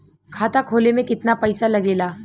खाता खोले में कितना पईसा लगेला?